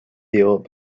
jõuab